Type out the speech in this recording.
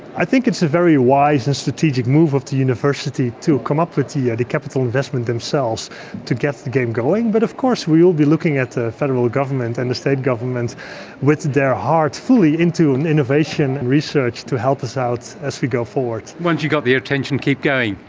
i think it's a very wise and strategic move of the university to come up with yeah the capital investment themselves to get the game going. but of course we will be looking at the federal government and the state government with their heart fully into innovation and research to help us out as we go forward. once you've got the attention, keep going.